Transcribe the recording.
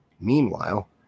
Meanwhile